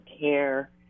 care